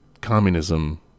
communism